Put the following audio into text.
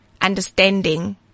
understanding